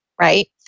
right